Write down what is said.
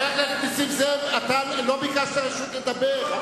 חבר הכנסת נסים זאב, לא ביקשת רשות לדבר.